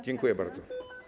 Dziękuję bardzo.